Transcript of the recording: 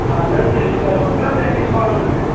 اَہَن حظ تیٚلہِ تۄہہِ اوسوٕ نا تَمہِ وِزِ وَنُن مےٚ